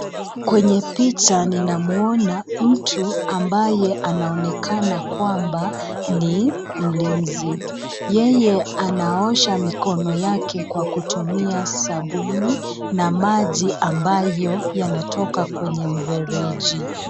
Kwenye picha ninamuona mtu ambaye anaonekana kwamba ni mlinzi. Yeye anaosha mikono yake kutumia sabuni na maji ambayo yanatoka kwenye mfereji.